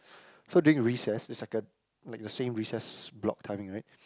so during recess it's like a like a same recess block timing right